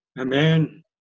Amen